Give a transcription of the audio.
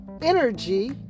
energy